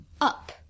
up